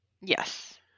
Yes